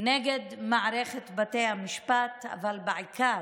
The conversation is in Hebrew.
נגד מערכת בתי המשפט, אבל בעיקר